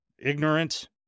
ignorant